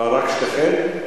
רק שתיכן?